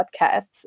podcasts